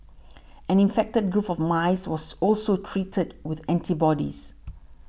an infected group of mice was also treated with antibodies